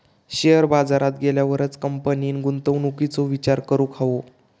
share बाजारात गेल्यावरच कंपनीन गुंतवणुकीचो विचार करूक हवो